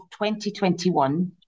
2021